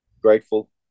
grateful